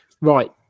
right